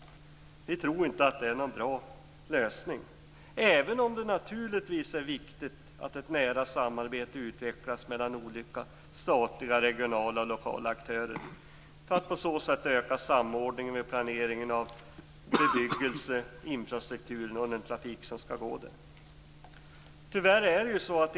Vi tror inte att det är en bra lösning, även om det naturligtvis är viktigt att ett nära samarbete utvecklas mellan olika statliga, regionala och lokala aktörer för att på så sätt öka samordningen vid planeringen av bebyggelse, infrastruktur och den trafik som skall gå där.